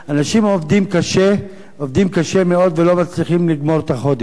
אנשים עובדים קשה מאוד ולא מצליחים לגמור את החודש.